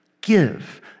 give